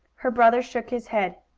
her brother shook his head.